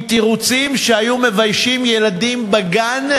עם תירוצים שהיו מביישים ילדים בגן,